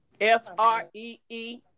F-R-E-E